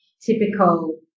typical